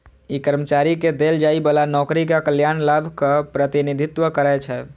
ई कर्मचारी कें देल जाइ बला नौकरीक कल्याण लाभक प्रतिनिधित्व करै छै